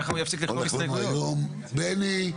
בני.